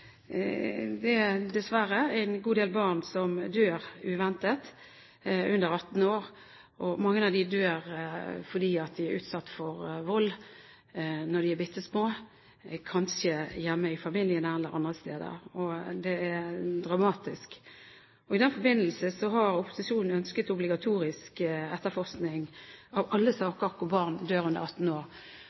at det dessverre er en god del barn under 18 år som dør uventet. Mange av dem dør fordi de er utsatt for vold når de er bitte små, kanskje hjemme i familien eller andre steder, og det er dramatisk. I den forbindelse har opposisjonen ønsket obligatorisk etterforskning av alle saker der barn under 18 år